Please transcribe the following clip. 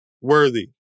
worthy